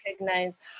recognize